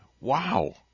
Wow